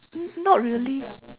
not really